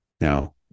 now